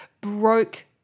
broke